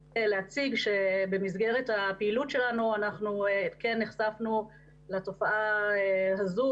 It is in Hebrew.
במסגרת הפעילות שלנו אנחנו כן נחשפנו לתופעה הזו